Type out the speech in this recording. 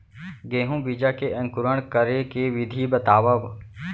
गेहूँ बीजा के अंकुरण करे के विधि बतावव?